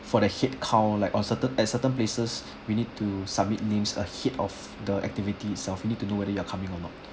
for the head count like on certain at certain places we need to submit names ahead of the activity itself we need to know whether you are coming or not